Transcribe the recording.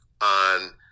on